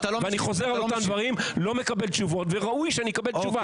אני חוזר כל הזמן על אותם דברים ולא מקבל תשובות וראוי שאני אקבל תשובה.